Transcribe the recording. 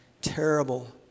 terrible